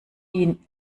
ihn